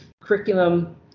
curriculum